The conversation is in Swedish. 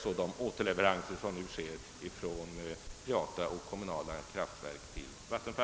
som de återleveranser som nu görs från privata och kommunala kraftverk till Vattenfall.